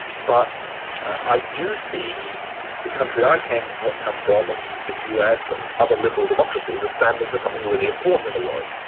but i do see the country i came come from, and the us and other liberal democracies are standing for something really important in the world.